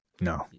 No